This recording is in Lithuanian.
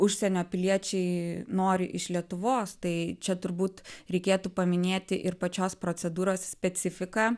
užsienio piliečiai nori iš lietuvos tai čia turbūt reikėtų paminėti ir pačios procedūros specifiką